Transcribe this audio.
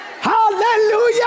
Hallelujah